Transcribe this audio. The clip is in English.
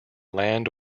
land